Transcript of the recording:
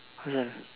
Fazal